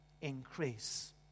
increase